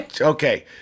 Okay